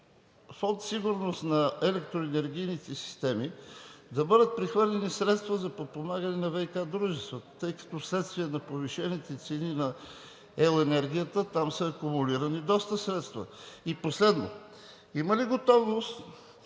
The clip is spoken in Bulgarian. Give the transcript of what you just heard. секунди. …на електроенергийната система“ да бъдат прехвърлени средства за подпомагане на ВиК дружествата, тъй като вследствие на повишените цени на ел. енергията там са акумулирани доста средства? И последно, има ли готовност